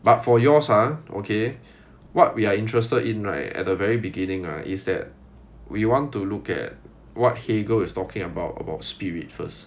but for yours ah okay what we are interested in right at the very beginning is that we want to look at what hegel is talking about about spirit first